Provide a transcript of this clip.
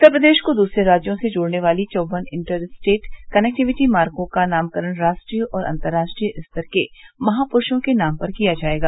उत्तर प्रदेश को दूसरे राज्यों से जोड़ने वाली चौवन इंटर स्टेट कनेक्टिविटी मार्गो का नामकरण राष्ट्रीय और अर्तर्राष्ट्रीय स्तर के महापुरूषों के नाम पर किया जायेगा